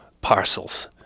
parcels